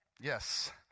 Yes